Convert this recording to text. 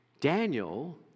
Daniel